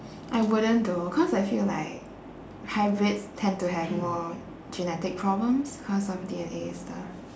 I wouldn't though cause I feel like hybrids tend to have more genetic problems cause of D_N_A stuff